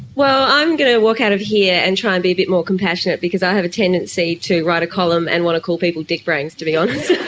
well, i'm going to walk out of here and try and be a bit more compassionate because i have a tendency to write a column and want to call people dick-brains, to be honest,